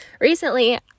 Recently